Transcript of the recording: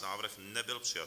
Návrh nebyl přijat.